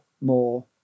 more